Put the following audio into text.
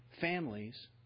families